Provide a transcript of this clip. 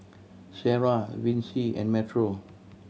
Sarrah Vicy and Metro